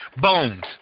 Bones